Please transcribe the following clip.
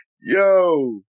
Yo